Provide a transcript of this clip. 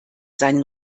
seinen